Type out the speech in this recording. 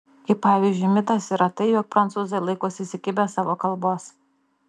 kaip pavyzdžiui mitas yra tai jog prancūzai laikosi įsikibę savo kalbos